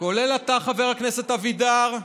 כולל אתה, חבר הכנסת אבידר,